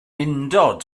undod